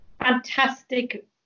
Fantastic